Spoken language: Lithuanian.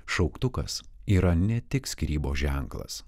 šauktukas yra ne tik skyrybos ženklas